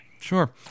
Sure